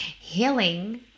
healing